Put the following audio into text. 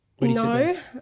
No